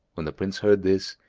when the prince heard this,